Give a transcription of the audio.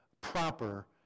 proper